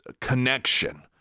connection